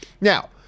Now